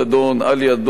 עאליה עודה,